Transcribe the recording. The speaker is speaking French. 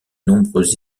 nombreuses